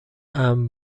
امن